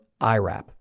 IRAP